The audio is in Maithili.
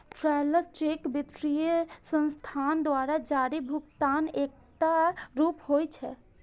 ट्रैवलर्स चेक वित्तीय संस्थान द्वारा जारी भुगतानक एकटा रूप होइ छै